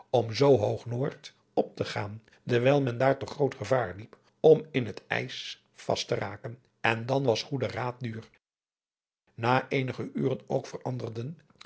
om zoo hoog noord op te gaan dewijl men daar toch groot gevaar liep om in het ijs vast te raken en dan was goede raad duur na eenige uren ook veranderden